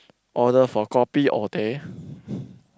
order for kopi or teh